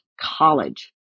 College